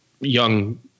young